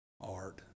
art